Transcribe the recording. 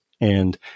And-